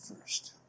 first